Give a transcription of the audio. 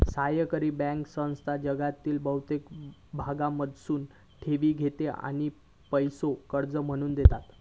सहकारी बँकिंग संस्था जगातील बहुतेक भागांमधसून ठेवी घेतत आणि पैसो कर्ज म्हणून देतत